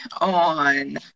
on